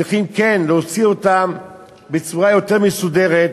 צריכים כן להוציא אותם בצורה יותר מסודרת,